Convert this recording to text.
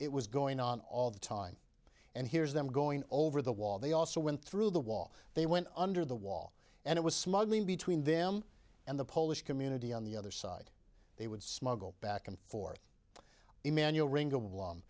it was going on all the time and here is them going over the wall they also went through the wall they went under the wall and it was smuggling between them and the polish community on the other side they would smuggle back and forth emmanuel